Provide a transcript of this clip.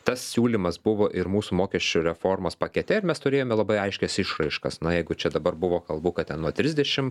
tas siūlymas buvo ir mūsų mokesčių reformos pakete ir mes turėjome labai aiškias išraiškas na jeigu čia dabar buvo kalbu kad ten nuo trisdešim